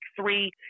three